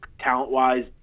talent-wise